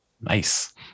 Nice